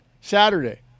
Saturday